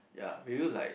ya will you like